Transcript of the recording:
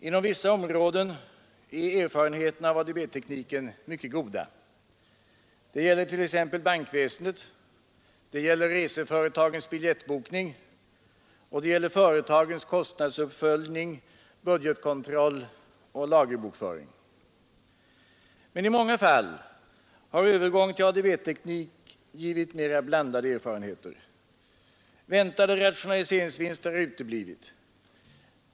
Inom vissa områden är erfarenheterna av ADB-tekniken mycket goda. Det gäller t.ex. bankväsendet, det gäller reseföretagens biljettbokning och det gäller företagens kostnadsuppföljning, budgetkontroll och lagerbokföring. Men i många fall har övergång till ADB-teknik givit mera blandade erfarenheter. Väntade rationaliseringsvinster har uteblivit.